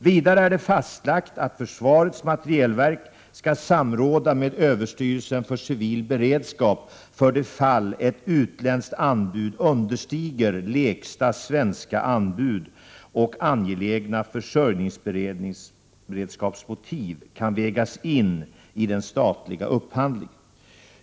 Vidare är det fastlagt att försvarets materielverk skall samråda med överstyrelsen för civil beredskap för det fall ett utländskt anbud understiger lägsta svenska anbud och angelägna försörjningsberedskapsmotiv kan vägas in i den statliga upphandlingen.